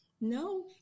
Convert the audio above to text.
No